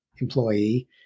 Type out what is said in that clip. employee